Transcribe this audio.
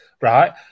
right